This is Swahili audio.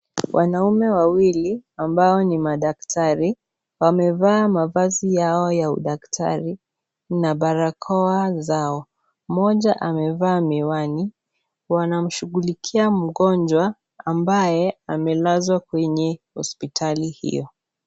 Wanaume wawili ambao ni madaktari wamevaa mavazi yao ya udaktari na barakoa za. Mmoja amevaa miwani . Wanamshughulikia mgonjwa ambaye amelazwa kwenye hospitali hiyo.